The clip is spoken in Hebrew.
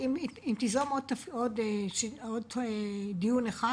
אם תיזום עוד דיון אחד,